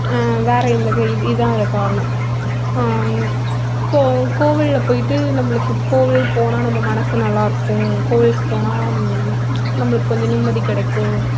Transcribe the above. வேறு எந்த க இது இதான் அதை காரணோம் கோ கோவிலில் போயிவிட்டு நம்பளுக்கு கோவில் போனா நம்ப மனசு நல்லாயிருக்கும் கோயிலுக்கு போனா நம்பளுக்கு கொஞ்சம் நிம்மதி கிடைக்கும்